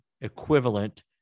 equivalent